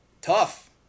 tough